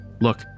Look